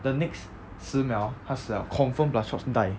the next 十秒他死了 confirm plus chop die